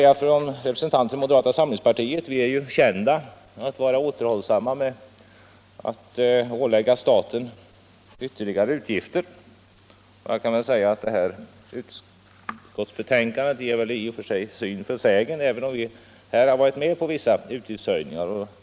A Moderata samlingspartiet är ju känt för att vara återhållsamt med att ålägga staten ytterligare utgifter, och jag vill som representant för moderaterna anföra att det här utskottsbetänkandet i och för sig bär syn för sägen även om vi har varit med om vissa utgiftshöjningar.